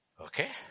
Okay